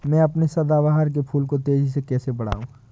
मैं अपने सदाबहार के फूल को तेजी से कैसे बढाऊं?